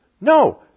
No